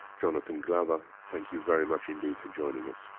jonathan glover, thank you very much indeed for joining us.